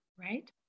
right